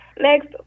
next